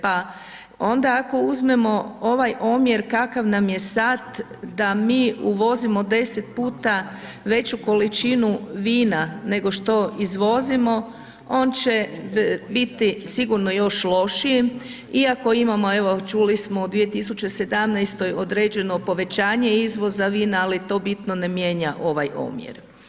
Pa onda ako uzmemo ovaj omjer kakav nam je sad da mi uvozimo 10 puta veću količinu vina nego što izvozimo, on će biti sigurno još lošiji, iako imamo, evo čuli smo u 2017. određeno povećanje izvoza vina, ali to bitno ne mijenja ovaj omjer.